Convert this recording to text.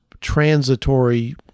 transitory